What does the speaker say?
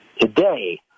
today